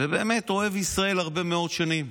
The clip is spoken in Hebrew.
הוא באמת אוהב ישראל הרבה מאוד שנים,